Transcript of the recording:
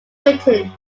written